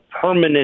permanent